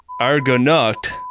Argonaut